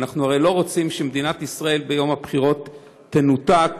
ואנחנו הרי לא רוצים שמדינת ישראל ביום הבחירות תנותק